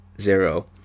Zero